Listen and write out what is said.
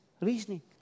reasoning